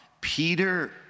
Peter